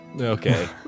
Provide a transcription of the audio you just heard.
Okay